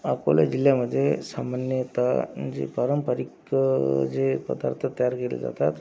अकोला जिल्ह्यामध्ये सामान्यत म्हणजे पारंपरिक जे पदार्थ तयार केले जातात